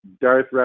Darth